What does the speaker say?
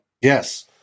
Yes